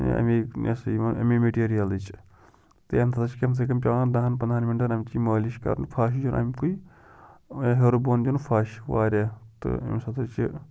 اَمے یہِ ہَسا یِوان اَمے میٹیٖریَلٕچ تہٕ اَمہِ سۭتۍ ہَسا چھِ کَم سے کَم پٮ۪وان دَہَن پنٛدہَن مِنٹَن اَمچی مٲلِش کَرُن پھَش دیُن اَمِکُے ہیوٚر بۄن دیُن پھَش واریاہ تہٕ اَمہِ ساتہٕ حظ چھِ